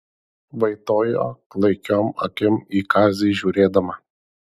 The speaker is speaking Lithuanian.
vaitojo klaikiom akim į kazį žiūrėdama